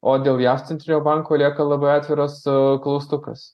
o dėl jav centrinio banko lieka labai atviras klaustukas